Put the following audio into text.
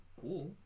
Cool